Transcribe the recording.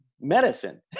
medicine